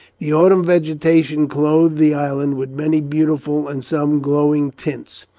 the autumn vegetation clothed the island with many beautiful and some glowing tints.